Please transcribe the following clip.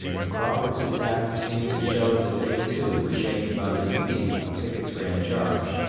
but crawford's attack seemed to show that they too were shaken by the defeat of picket's grand charge.